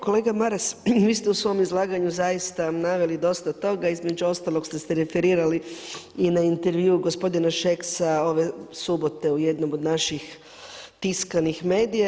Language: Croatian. Kolega Maras, vi ste u svom izlaganju zaista naveli dosta toga, između ostalog ste se referirali i na intervju gospodina Šeksa ove subote u jednom od naših tiskanih medija.